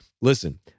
Listen